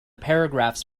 paragraphs